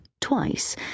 twice